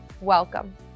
Welcome